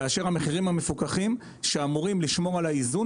כאשר המחירים המפוקחים שאמורים לשמור על האיזון